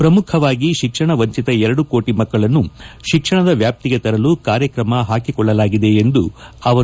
ಪ್ರಮುಖವಾಗಿ ಶಿಕ್ಷಣ ವಂಚಿತ ಎರಡು ಕೋಟ ಮಕ್ಕಳನ್ನು ಶಿಕ್ಷಣದ ವ್ಯಾಪ್ತಿಗೆ ತರಲು ಕಾರ್ಯಕ್ರಮ ಹಾಕೊಳ್ಳಲಾಗಿದೆ ಎಂದರು